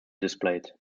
displayed